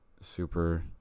super